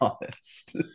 honest